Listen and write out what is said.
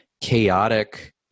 chaotic